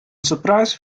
surprise